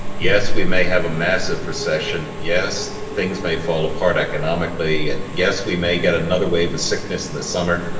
yes we may have a massive recession, yes things may fall apart economically, and yes we may get another wave of a sickness in the summer.